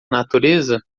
natureza